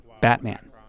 Batman